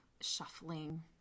shuffling